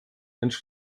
mensch